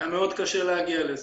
היה מאוד קשה להגיע לזה.